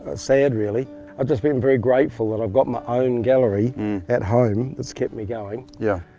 ah sad really. i've just been very grateful that i've got my own gallery at home that's kept me going. yeah.